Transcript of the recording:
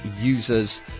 users